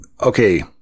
okay